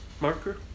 marker